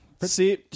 See